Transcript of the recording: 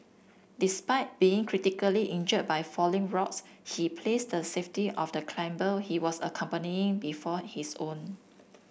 despite being critically injured by falling rocks he placed the safety of the climber he was accompanying before his own